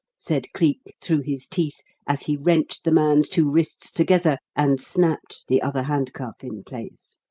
said cleek, through his teeth as he wrenched the man's two wrists together and snapped the other handcuff into place.